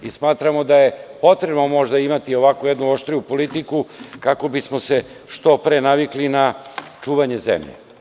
Smatramo da je potrebno možda imati ovakvu jednu oštriju politiku, kako bismo se što pre navikli na čuvanje zemlje.